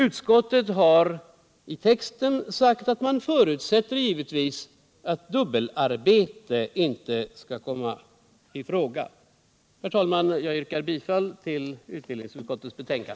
Utskottet har i texten sagt att man givetvis förutsätter att dubbelarbete inte skall komma i fråga. Herr talman! Jag yrkar bifall till utskottets hemställan.